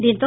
దీంతో